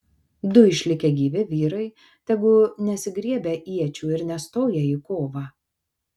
du išlikę gyvi vyrai tegu nesigriebia iečių ir nestoja į kovą